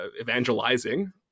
evangelizing